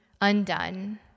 undone